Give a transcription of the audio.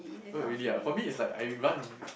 oh really ah for me it's like I run